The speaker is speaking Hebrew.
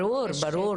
ברור, ברור.